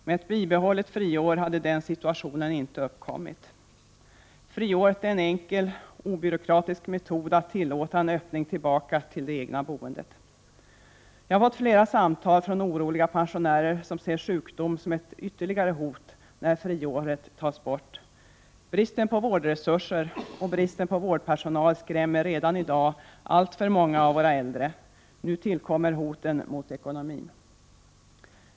Med ett bibehållet friår hade den situationen inte uppkommit. Friåret är en enkel, obyråkratisk metod att tillåta en öppning tillbaka till det egna boendet. Jag har fått flera samtal från oroliga pensionärer som ser sjukdom som ett ytterligare hot när friåret tas bort. Bristen på vårdresurser och bristen på vårdpersonal skrämmer redan i dag alltför många av våra äldre. Nu tillkommer hoten mot ekonomin.